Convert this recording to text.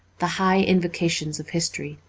the high invocations of history,